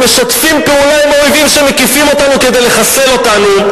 הם משתפים פעולה עם האויבים שמקיפים אותנו כדי לחסל אותנו,